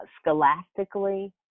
scholastically